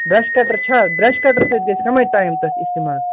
brush cutter چھا brush cutter سۭتۍ گژھِ کَمٕے ٹایم تَتھ اِستعمال